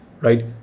right